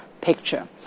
picture